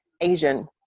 Asian